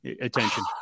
attention